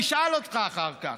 אני אשאל אותך אחר כך.